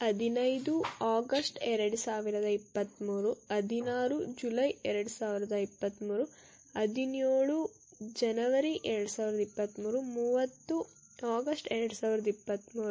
ಹದಿನೈದು ಆಗಷ್ಟ್ ಎರಡು ಸಾವಿರದ ಇಪ್ಪತ್ತ್ಮೂರು ಹದಿನಾರು ಜುಲೈ ಎರಡು ಸಾವಿರದ ಇಪ್ಪತ್ತ್ಮೂರು ಹದಿನೇಳು ಜನವರಿ ಎರಡು ಸಾವಿರದ ಇಪ್ಪತ್ತ್ಮೂರು ಮೂವತ್ತು ಆಗಷ್ಟ್ ಎರಡು ಸಾವಿರದ ಇಪ್ಪತ್ತ್ಮೂರು